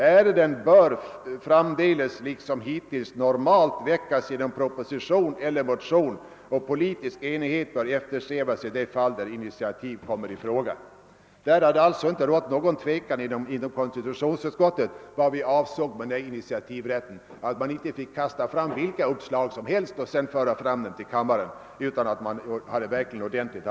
Ärenden bör framdeles liksom hittills normalt väckas genom proposition eller motion, och politisk enighet bör eftersträvas i de fall där initiativ kommer i fråga.» Det har således inte rått någon tvekan inom konstitutionsutskottet om vad vi avsåg med initiativrätten, d.v.s. att utskotten inte fick kasta fram vilka uppslag som helst inför kammaren, utan de måste vara väl beredda.